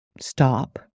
stop